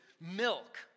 milk